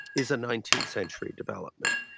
is a nineteenth century development.